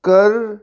ਕਰ